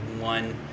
one